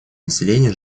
населения